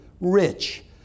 Rich